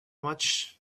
much